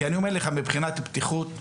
מבחינת בטיחות,